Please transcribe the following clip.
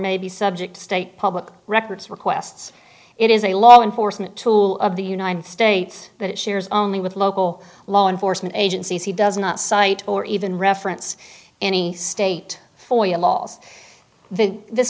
may be subject to state public records requests it is a law enforcement tool of the united states that it shares only with local law enforcement agencies he does not cite or even reference any state for you laws th